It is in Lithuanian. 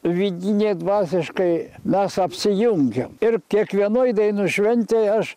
vidinė dvasiškai mes apsijungiam ir kiekvienoj dainų šventėj aš